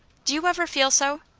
did you ever feel so?